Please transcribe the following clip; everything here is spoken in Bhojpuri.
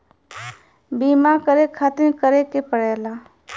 बीमा करे खातिर का करे के पड़ेला?